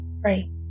pray